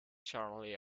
charlie